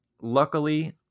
luckily